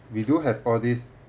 we do have all these